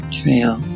trail